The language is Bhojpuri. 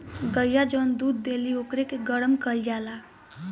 गइया जवन दूध देली ओकरे के गरम कईल जाला